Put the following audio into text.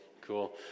cool